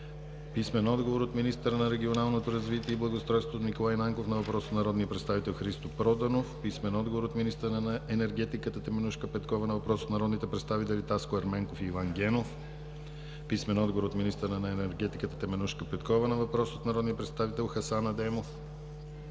Генов; - от министъра на регионалното развитие и благоустройството Николай Нанков на въпрос от народния представител Христо Проданов; - от министъра на енергетиката Теменужка Петкова на въпрос от народните представители Таско Ерменков и Иван Генов; - от министъра на енергетиката Теменужка Петкова на въпрос от народния представител Хасан Адемов;